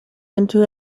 into